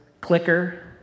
Clicker